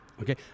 Okay